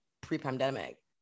pre-pandemic